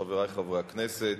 חברי חברי הכנסת,